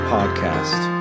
Podcast